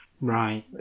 Right